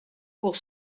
pour